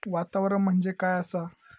वातावरण म्हणजे काय आसा?